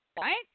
right